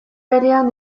berean